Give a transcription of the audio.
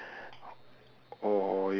or